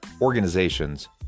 organizations